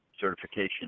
certification